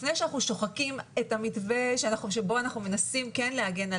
לפני שאנחנו שוחקים את המתווה שבו אנחנו מנסים כן להגן על